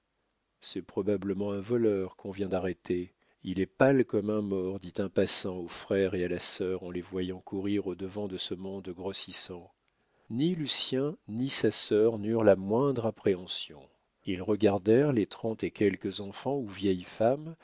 c'est probablement un voleur qu'on vient d'arrêter il est pâle comme un mort dit un passant au frère et à la sœur en les voyant courir au-devant de ce monde grossissant ni lucien ni sa sœur n'eurent la moindre appréhension ils regardèrent les trente et quelques enfants ou vieilles femmes